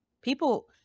People